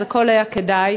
אז הכול היה כדאי.